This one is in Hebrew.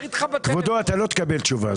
כבודו, אתה לא תקבל תשובה.